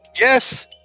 Yes